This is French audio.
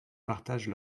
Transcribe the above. partagent